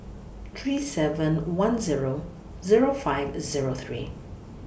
three seven one Zero Zero five Zero three